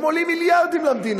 הם עולים מיליארדים למדינה,